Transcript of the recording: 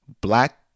black